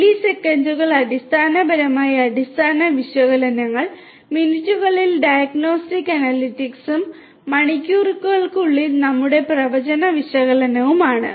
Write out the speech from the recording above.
മില്ലിസെക്കൻഡുകൾ അടിസ്ഥാനപരമായി അടിസ്ഥാന വിശകലനങ്ങൾ മിനിറ്റുകളിൽ ഡയഗ്നോസ്റ്റിക് അനലിറ്റിക്സും മണിക്കൂറുകൾക്കുള്ളിൽ നമ്മുടെ പ്രവചന വിശകലനവുമാണ്